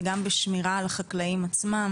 וגם בשמירה על החקלאים עצמם.